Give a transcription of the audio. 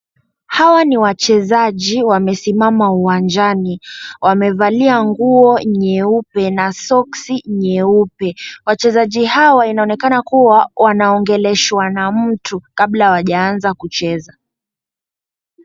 Hawa ni wachezaji wamesimama uwanjani, wamevalia nguo nyeupe na socks nyeupe wachezaji hao wanaonekana kuwa wanaogeleshwa na mtu kabla hawajaanza kucheka.